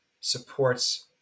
supports